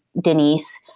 Denise